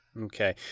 Okay